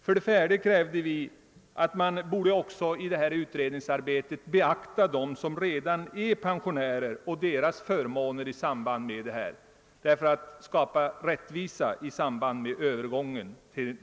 För det fjärde och sista har vi krävt att man i detta utredningsarbete också skall beakta dem som redan är pensionärer och deras förmåner, så att rättvisa kan skapas vid genomförandet av denna reform.